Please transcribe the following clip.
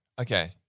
Okay